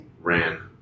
ran